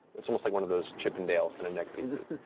it's almost like one of those chippendale and neckpieces.